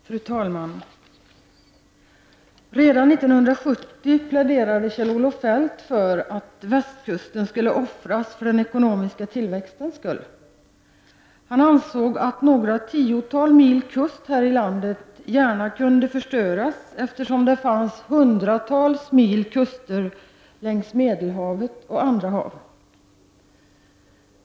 Fru talman! Redan 1970 pläderade Kjell-Olof Feldt för att västkusten skulle offras för den ekonomiska tillväxtens skull. Han ansåg att några tiotal mils kust här i landet gärna kunde förstöras, eftersom det fanns hundratals mil kuster längs Medelhavet och andra hav.